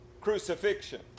crucifixion